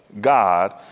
God